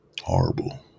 horrible